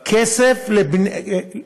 הכסף הכסף לבניית הבתים,